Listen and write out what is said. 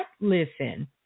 listen